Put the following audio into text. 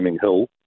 Hill